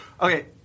Okay